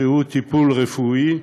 שירותי טיפול רפואי,